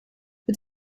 het